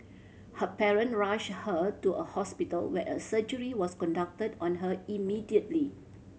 her parent rushed her to a hospital where a surgery was conducted on her immediately